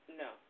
no